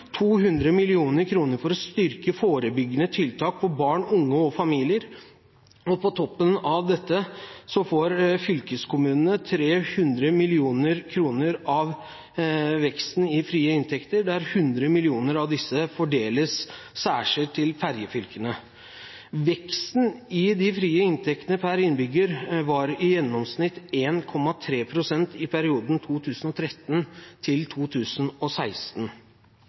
200 mill. kr for å styrke forebyggende tiltak for barn, unge og familier. På toppen av dette får fylkeskommunene 300 mill. kr av veksten i frie inntekter, der 100 mill. kr av disse fordeles særskilt til ferjefylkene. Veksten i de frie inntektene per innbygger var i gjennomsnitt 1,3 pst. i perioden